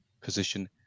position